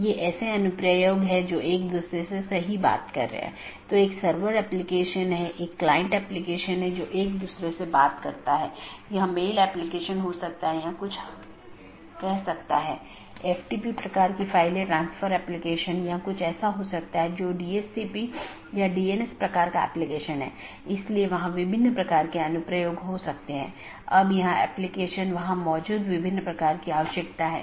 इसलिए जो हम देखते हैं कि मुख्य रूप से दो तरह की चीजें होती हैं एक है मल्टी होम और दूसरा ट्रांजिट जिसमे एक से अधिक कनेक्शन होते हैं लेकिन मल्टी होमेड के मामले में आप ट्रांजिट ट्रैफिक की अनुमति नहीं दे सकते हैं और इसमें एक स्टब प्रकार की चीज होती है जहां केवल स्थानीय ट्रैफ़िक होता है मतलब वो AS में या तो यह उत्पन्न होता है या समाप्त होता है